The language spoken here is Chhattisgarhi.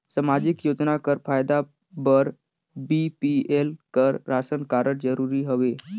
समाजिक योजना कर फायदा बर बी.पी.एल कर राशन कारड जरूरी हवे?